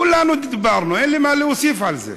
כולנו דיברנו, אין לי מה להוסיף על זה.